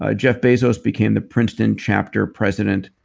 ah jeff bezos became the princeton chapter president,